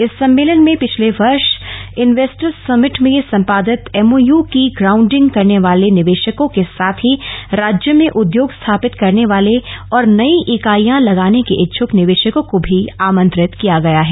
इस सम्मेलन में पिछले वर्ष इन्वेस्टर्स समिट में सम्पादित एमओयू की ग्राउन्डिंग करने वाले निवेशकों के साथ ही राज्य में उद्योग स्थापित करने वाले और नई इकाईयां लगाने के इच्छुक निवेशकों को भी आमंत्रित किया गया है